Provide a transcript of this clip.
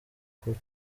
kuri